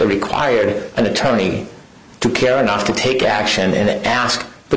required an attorney to care enough to take action and ask the